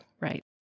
right